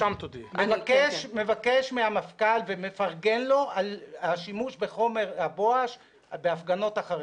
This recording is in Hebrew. -- -מבקש מהמפכ"ל ומפרגן לו על השימוש בחומר הבואש בהפגנות החרדים.